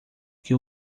que